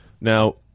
Now